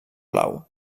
blau